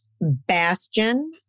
bastion